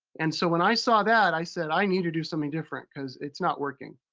and so when i saw that, i said, i need to do something different cause it's not working.